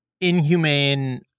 inhumane